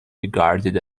regarded